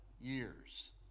years